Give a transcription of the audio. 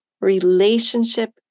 relationship